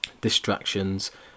distractions